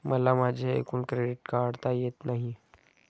मला माझे एकूण क्रेडिट काढता येत नाही